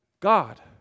God